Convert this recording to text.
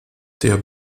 der